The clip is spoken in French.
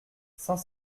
saint